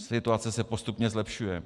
Situace se postupně zlepšuje.